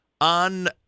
on